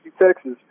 Texas